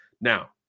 Now